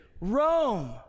Rome